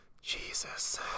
Jesus